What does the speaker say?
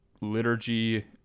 liturgy